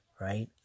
right